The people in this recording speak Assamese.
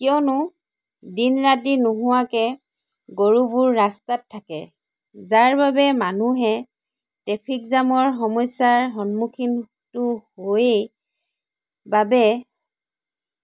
কিয়নো দিন ৰাতি নোহোৱাৰে গৰুবোৰ ৰাস্তাত থাকে যাৰ বাবে মানুহে ট্ৰেফিক জামৰ সমস্যাৰতো সন্মুখীন হয়েই বাবে